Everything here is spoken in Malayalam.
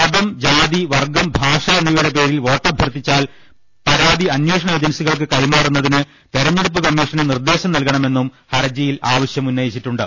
മതം ജാതി വർഗം ഭാഷ എന്നിവയുടെ പേരിൽ വോട്ടഭ്യർത്ഥിച്ചാൽ പരാതി അന്വേ ഷണ ഏജൻസികൾക്ക് കൈമാറുന്നതിന് തെരഞ്ഞെടുപ്പ് കമ്മീ ഷന് നിർദേശം നൽകണമെന്നും ഹർജിയിൽ ആവശ്യമുന്നയി ച്ചിട്ടുണ്ട്